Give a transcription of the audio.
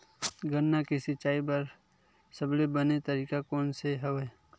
गन्ना के सिंचाई बर सबले बने तरीका कोन से हवय?